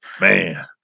Man